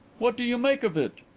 what do you make of it?